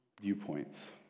viewpoints